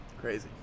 Crazy